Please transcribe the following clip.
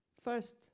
first